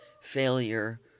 failure